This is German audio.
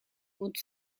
und